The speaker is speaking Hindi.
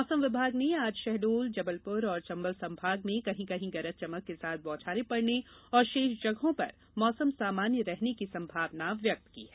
मौसम विभाग ने आज शहडोल जबलपुर और चंबल संभाग में कहीं कहीं गरज चमक के साथ बौछारें पड़ने और शेष जगहों पर मौसम सामान्य रहने की संभावना व्यक्त की है